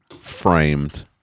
framed